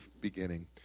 beginning